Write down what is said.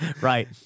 Right